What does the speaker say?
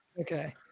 okay